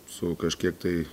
su kažkiek tai